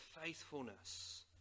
faithfulness